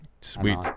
Sweet